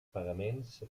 pagaments